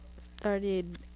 started